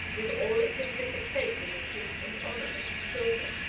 with all its implicit faith in the truth and honour of his children,